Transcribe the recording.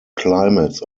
climates